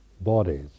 bodies